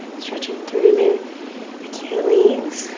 stretching through the achilles.